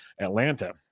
Atlanta